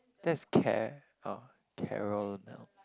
that is care uh Carol Mel